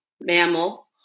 mammal